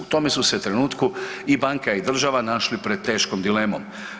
U tome su se trenutku i banka i država našli pred teškom dilemom.